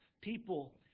people